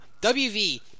WV